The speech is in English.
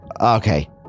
Okay